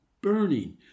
burning